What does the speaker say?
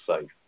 safe